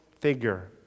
figure